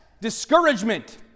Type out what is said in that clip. discouragement